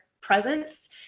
presence